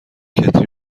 کتری